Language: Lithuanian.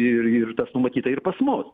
ir ir tas numatyta ir pas mus